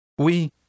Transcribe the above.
Oui